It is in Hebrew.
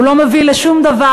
הוא לא מוביל לשום דבר.